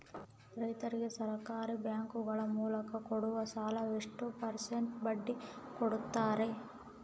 ರೈತರಿಗೆ ಸಹಕಾರಿ ಬ್ಯಾಂಕುಗಳ ಮೂಲಕ ಕೊಡುವ ಸಾಲ ಎಷ್ಟು ಪರ್ಸೆಂಟ್ ಬಡ್ಡಿ ಕೊಡುತ್ತಾರೆ?